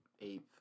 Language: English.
Eighth